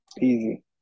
easy